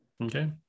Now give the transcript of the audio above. okay